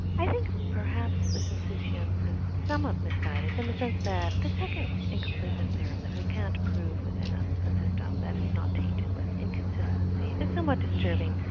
i think perhaps this insouciance is somewhat misguided, in the sense that the second incompleteness theorem that we can't prove within a system that it's not tainted with inconsistency is somewhat disturbing.